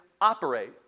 operate